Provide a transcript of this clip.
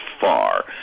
far